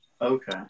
Okay